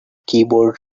keyboard